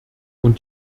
und